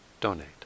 donate